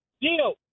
deal